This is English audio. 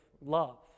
love